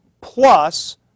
plus